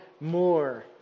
more